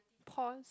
pause